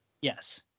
Yes